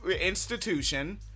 institution